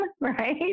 right